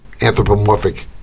anthropomorphic